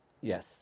Yes